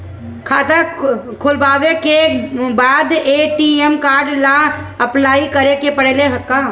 खाता खोलबाबे के बाद ए.टी.एम कार्ड ला अपलाई करे के पड़ेले का?